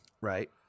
Right